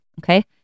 Okay